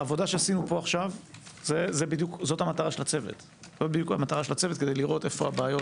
העבודה שעשינו פה עכשיו היא בדיוק המטרה של הצוות כדי לראות איפה הבעיות